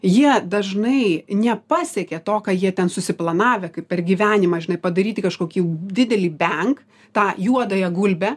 jie dažnai nepasiekia to ką jie ten susiplanavę kaip per gyvenimą žinai padaryti kažkokį didelį benk tą juodąją gulbę